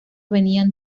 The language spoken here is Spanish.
venían